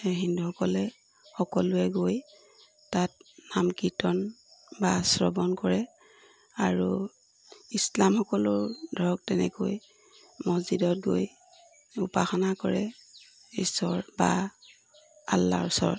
এই হিন্দুসকলে সকলোৱে গৈ তাত নাম কীৰ্তন বা শ্ৰৱণ কৰে আৰু ইছলামসকলেও ধৰক তেনেকৈ মচজিদত গৈ উপাসনা কৰে ইশ্বৰ বা আল্লাৰ ওচৰত